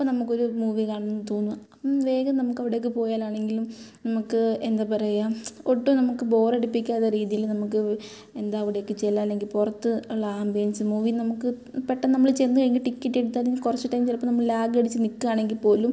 അപ്പോൾ നമുക്കൊരു മൂവി കാണണമെന്ന് തോന്നുന്നു അപ്പം വേഗം നമുക്ക് അവിടെയ്ക്ക് പോയാലാണെങ്കിലും നമുക്ക് എന്താ പറയാ ഒട്ടും നമുക്ക് ബോറടിപ്പിക്കാത്ത രീതിയിൽ നമുക്ക് എന്താ അവിടെയ്ക്ക് ചെല്ലാൻ അല്ലെങ്കിൽ പുറത്ത് ഉള്ള ആമ്പിയൻസ് മൂവി നമുക്ക് പെട്ടെന്ന് നമ്മൾ ചെന്ന് കഴിഞ്ഞ് ടിക്കറ്റ് എടുത്താലും കുറച്ച് ടൈം ചിലപ്പോൾ നമ്മൾ ലാഗടിച്ച് നിൽക്കാണെങ്കിൽ പോലും